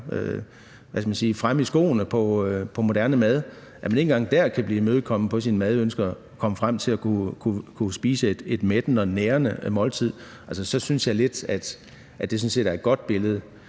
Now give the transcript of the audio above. fremme i skoene i forhold til moderne mad – kan blive imødekommet i forhold til sine madønsker om at kunne spise et mættende og nærende måltid, så synes jeg lidt, at det sådan set er et godt billede.